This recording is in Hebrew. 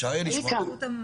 ולדן חי.